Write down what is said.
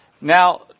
now